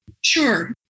Sure